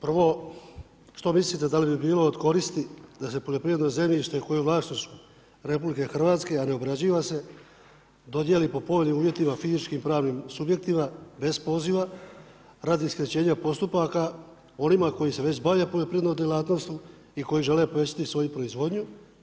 Prvo što mislite da li bi bilo od koristi da se poljoprivredno zemljište koje je u vlasništvu RH a ne obrađiva se dodijeli po povoljnim uvjetima fizičkim i pravnim subjektima bez poziva radi skraćenja postupaka onima koji se već bave poljoprivrednom djelatnosti i koji žele povećati svoju proizvodnju.